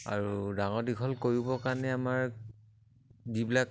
আৰু ডাঙৰ দীঘল কৰিবৰ কাৰণে আমাৰ যিবিলাক